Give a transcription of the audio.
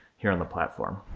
here on the platform.